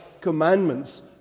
commandments